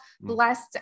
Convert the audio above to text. blessed